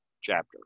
chapter